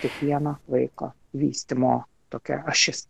kiekvieno vaiko vystymo tokia ašis